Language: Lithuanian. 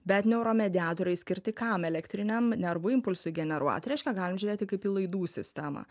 bet neuromediatoriai skirti kam elektriniam nervų impulsui generuoti reiškia galim žiūrėti kaip į laidų sistemą